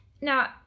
Now